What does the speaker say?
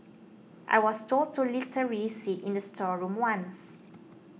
I was told to literally sit in a storeroom once